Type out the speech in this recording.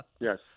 yes